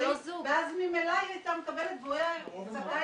-- ואז ממילא היא הייתה מקבלת והוא היה זכאי